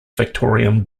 victorian